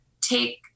take